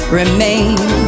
remain